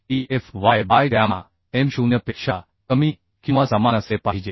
2zeFy by gamma M0 पेक्षा कमी किंवा समान असले पाहिजे